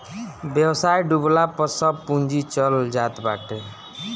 व्यवसाय डूबला पअ सब पूंजी चल जात बाटे